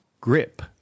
grip